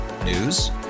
News